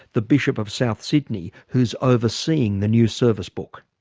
the bishop of south sydney, who's overseeing the new service book.